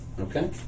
Okay